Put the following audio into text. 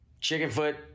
Chickenfoot